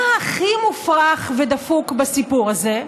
מה הכי מופרך ודפוק בסיפור הזה?